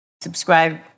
subscribe